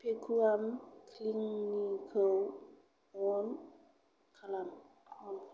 भेकुवाम क्लिनिंखौ अन खालाम